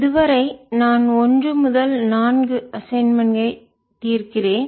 இதுவரை நான் ஒன்று முதல் நான்கு அசைன்மென்ட் ஐ தீர்க்கிறேன்